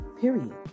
period